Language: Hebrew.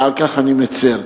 ועל כך אני מצר,